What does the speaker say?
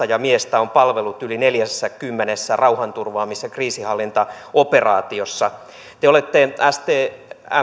ja miestä on palvellut yli neljässäkymmenessä rauhanturvaamis ja kriisinhallintaoperaatiossa te te olette stmstä